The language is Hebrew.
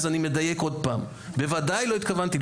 אני מדייק עוד פעם: בוודאי לא התכוונתי,